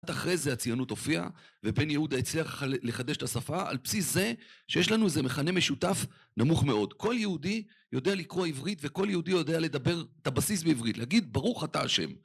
אחרי זה הציינות הופיע, ובן יהודה הצליח לחדש את השפה על בסיס זה שיש לנו איזה מכנה משותף נמוך מאוד: כל יהודי יודע לקרוא עברית וכל יהודי יודע לדבר את הבסיס בעברית, להגיד ברוך אתה השם.